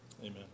Amen